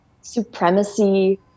supremacy